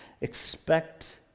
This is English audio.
Expect